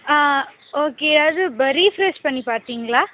ஆ okay அது ப refresh பண்ணி பார்த்தீங்களா